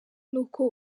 n’uko